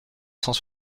cent